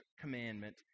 commandment